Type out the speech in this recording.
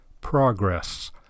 progress